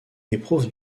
éprouve